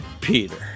Peter